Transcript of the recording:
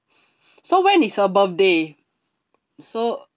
so when is your birthday so